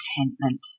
contentment